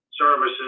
services